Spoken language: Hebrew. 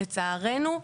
לצערנו,